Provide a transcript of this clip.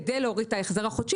כדי להוריד את ההחזר החודשי.